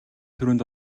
түрүүнд